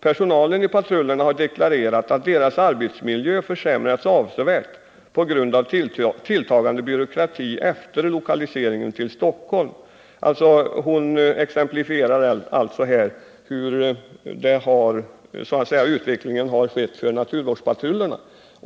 Personalen i patrullerna har deklarerat att deras arbetsmiljö försämrats avsevärt på grund av tilltagande byråkrati efter lokaliseringen till Stockholm.” Frida Berglund exemplifierar alltså här hur utvecklingen varit för naturvårdspatrullerna.